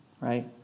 right